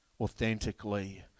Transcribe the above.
authentically